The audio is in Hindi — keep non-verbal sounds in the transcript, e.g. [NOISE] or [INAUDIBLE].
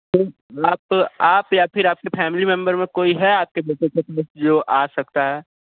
[UNINTELLIGIBLE] आप आप या फिर आपके फैमिली मेम्बर में कोई है आपके बेटे के पास जो आ सकता है